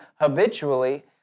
habitually